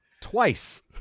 twice